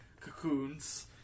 cocoons